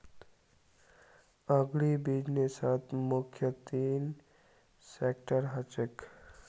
अग्रीबिज़नेसत मुख्य तीन सेक्टर ह छे